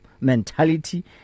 mentality